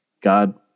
God